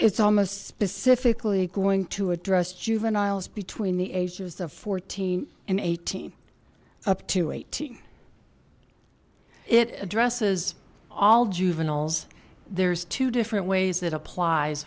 it's almost specifically going to address juveniles between the ages of fourteen and eighteen up to eighteen it addresses all juveniles there's two different ways that applies